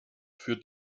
für